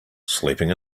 sleeping